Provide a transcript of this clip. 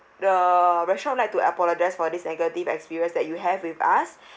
the restaurant would like to apologise for this negative experience that you have with us